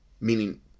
meaning